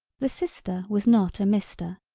the sister was not a mister.